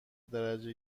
درجه